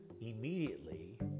immediately